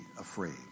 afraid